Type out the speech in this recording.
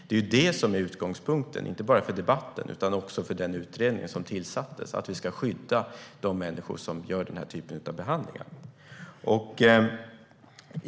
Det är ju det som är utgångspunkten inte bara för debatten utan också för den utredning som tillsattes - att vi ska skydda de människor som gör den här typen av behandlingar.